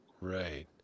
Right